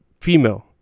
female